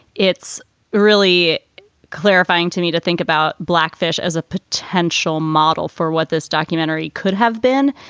it's really clarifying to me to think about blackfish as a potential model for what this documentary could have been.